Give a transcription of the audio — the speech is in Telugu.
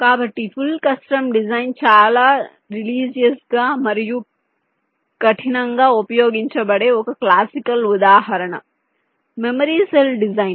కాబట్టి ఫుల్ కస్టమ్ డిజైన్ చాలా రిలీజియస్ గా మరియు కఠినంగా ఉపయోగించబడే ఒక క్లాసికల్ ఉదాహరణ మెమరీ సెల్ డిజైన్